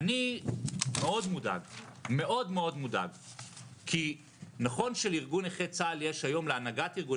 אני מאוד מודאג כי נכון שלהנהגת ארגון